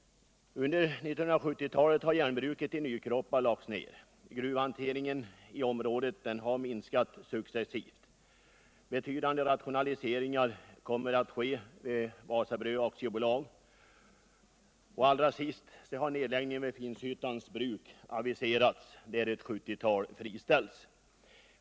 Under 1970-talet har järnbruket i Nykroppa lagts ned. Gruvhanteringen i området har minskat successivt. betydande rationaliseringar kommer att genomföras vid Wasabröd AB och nedläggning av Finnshyttans Bruk. där ett sjuttiotal friställts, har aviserats.